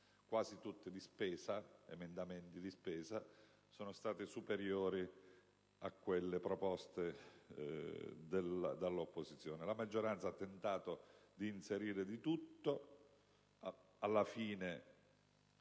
quasi tutti di spesa, sono stati superiori a quelli proposti dall'opposizione. La maggioranza ha tentato di inserire di tutto; alla fine